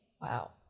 wow